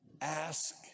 ask